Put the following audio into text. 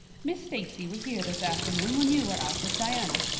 miss stacy was here this afternoon when you were out with diana.